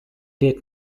did